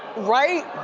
right?